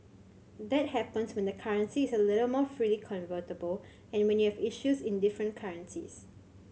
that happens when the currency is a little more freely convertible and when you have issues in different currencies